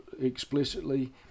explicitly